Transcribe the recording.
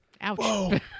ouch